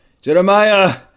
Jeremiah